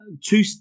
Two